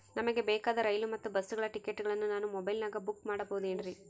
ನಮಗೆ ಬೇಕಾದ ರೈಲು ಮತ್ತ ಬಸ್ಸುಗಳ ಟಿಕೆಟುಗಳನ್ನ ನಾನು ಮೊಬೈಲಿನಾಗ ಬುಕ್ ಮಾಡಬಹುದೇನ್ರಿ?